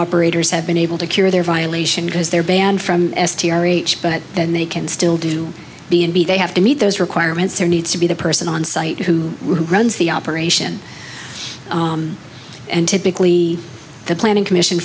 operators have been able to cure their violation because they're banned from s t r each but then they can still do b and b they have to meet those requirements or needs to be the person on site who runs the operation and typically the planning commission